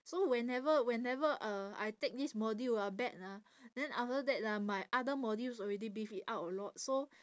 so whenever whenever uh I take this module ah bad ah then after that ah my other modules already beef it out a lot so